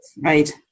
right